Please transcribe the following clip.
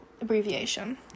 abbreviation